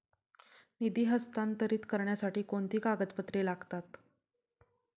निधी हस्तांतरित करण्यासाठी कोणती कागदपत्रे लागतात?